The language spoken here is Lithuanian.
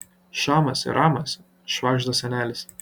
šamas ir ramas švagžda senelis